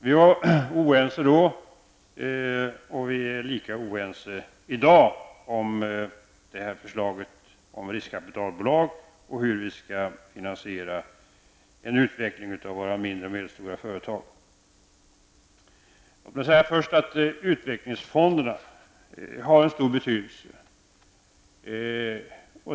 Vi var oense då, och vi är lika oense i dag när det gäller förslaget om riskkapitalbolag och hur vi skall finansiera en utveckling av våra mindre och medelstora företag. Utvecklingsfonderna har en stor betydelse.